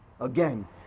Again